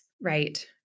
right